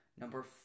number